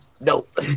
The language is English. Nope